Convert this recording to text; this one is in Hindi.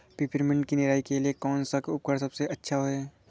पिपरमिंट की निराई के लिए कौन सा उपकरण सबसे अच्छा है?